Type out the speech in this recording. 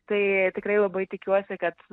tai tikrai labai tikiuosi kad